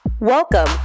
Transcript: Welcome